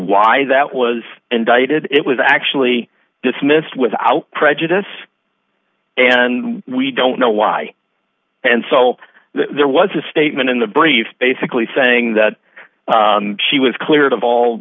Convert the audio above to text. why that was indicted it was actually dismissed without prejudice and we don't know why and so there was a statement in the brief basically saying that she was cleared of